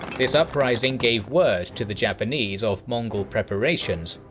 this uprising gave word to the japanese of mongol preparations,